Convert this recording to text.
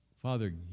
Father